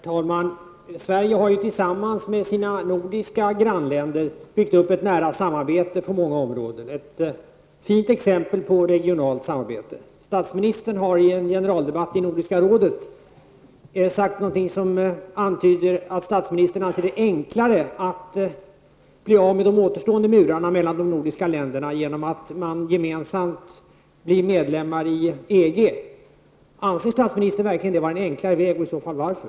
Herr talman! Sverige har tillsammans med sina nordiska grannländer byggt upp ett nära samarbete på många områden. Det är ett fint exempel på regionalt samarbete. Statsministern har i en generaldebatt i Nordiska rådet sagt sådant som antyder att statsministern skulle anse det enklare att bli av med de återstående murarna mellan de nordiska länderna genom att de gemensamt blir medlemmar i EG. Anser statsministern verkligen det vara en enklare väg, och i så fall varför?